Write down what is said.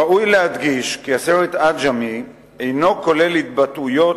ראוי להדגיש כי הסרט "עג'מי" אינו כולל התבטאויות